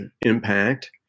impact